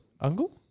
uncle